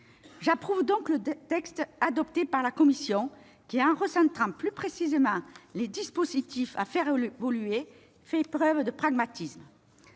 J'approuve le texte adopté par la commission, lequel, en recentrant plus précisément les dispositifs à faire évoluer, témoigne de pragmatisme.